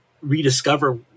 rediscover